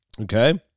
Okay